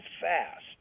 fast